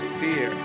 fear